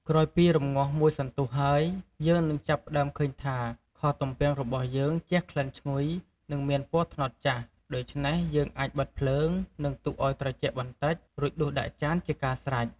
ក្រោយពីរំងាស់មួយសន្ទុះហើយ យើងនឹងចាប់ផ្ដើមឃើញថា ខទំំពាំងរបស់យើងជះក្លិនឈ្ងុយ និងមានពណ៌ត្នោតចាស់ ដូច្នេះ យើងអាចបិទភ្លើង និងទុកឱ្យត្រចាក់បន្តិច រួចដួសដាក់ចានជាការស្រេច។